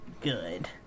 good